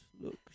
Look